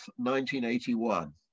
1981